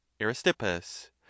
aristippus